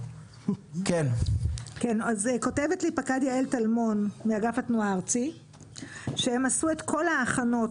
אגף התנועה ערוך לכך מבחינת מערכות